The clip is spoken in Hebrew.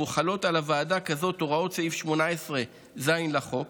מוחלות על ועדה כזאת הוראות סעיף 18(ז) לחוק.